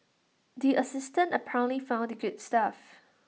the assistant apparently found the good stuff